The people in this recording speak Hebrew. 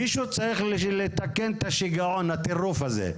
מישהו צריך לתקן את השיגעון, את הטירוף הזה.